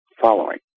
following